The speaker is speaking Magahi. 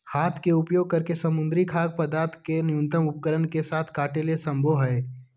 हाथ के उपयोग करके समुद्री खाद्य पदार्थ के न्यूनतम उपकरण के साथ काटे ले संभव हइ